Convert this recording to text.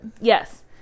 Yes